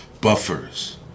buffers